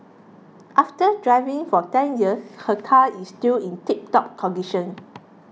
after driving for ten years her car is still in tiptop